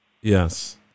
Yes